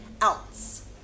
else